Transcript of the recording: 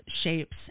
shapes